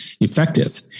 effective